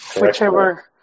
Whichever